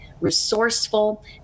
resourceful